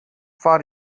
for